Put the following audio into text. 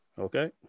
Okay